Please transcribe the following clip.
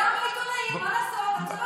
כי